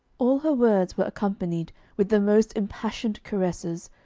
all her words were accompanied with the most impassioned caresses,